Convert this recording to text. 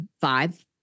five